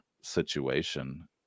situation